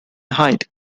height